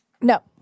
No